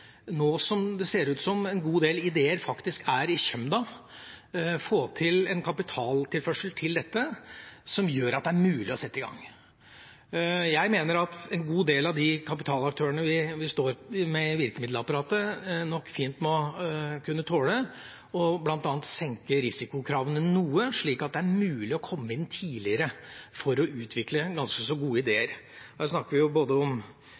nå som det ser ut som en god del ideer faktisk er i kjømda – en kapitaltilførsel til dette som gjør at det er mulig å sette i gang. Jeg mener at en god del av de kapitalaktørene vi står med i virkemiddelapparatet, nok fint må kunne tåle bl.a. å senke risikokravene noe, slik at det er mulig å komme inn tidligere for å utvikle ganske så gode ideer. Her snakker vi om både